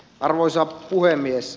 arvoisa puhemies